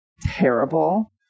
terrible